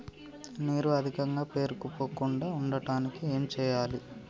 నీరు అధికంగా పేరుకుపోకుండా ఉండటానికి ఏం చేయాలి?